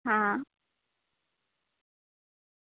હા